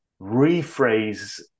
rephrase